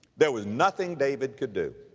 there was nothing david could do.